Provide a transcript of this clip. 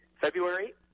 February